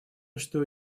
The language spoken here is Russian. что